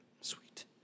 Sweet